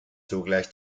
zugleich